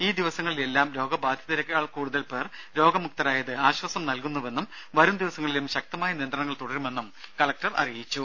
ഈ ദിവസങ്ങളിലെല്ലാം രോഗബാധിതരേക്കാൾ കൂടുതൽ പേർ രോഗമുക്തരായത് ആശ്വാസം നൽകുന്നുവെന്നും വരുംദിവസങ്ങളിലും ശക്തമായ നിയന്ത്രണങ്ങൾ തുടരുമെന്നും കലക്ടർ അറിയിച്ചു